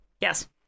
Yes